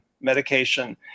medication